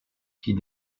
qui